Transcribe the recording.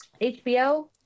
HBO